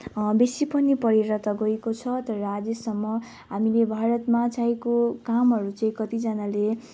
बेसी पनि पढेर त गएको छ तर आजसम्म हामीले भारतमा चाहेको कामहरू चाहिँ कतिजानाले